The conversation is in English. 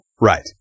right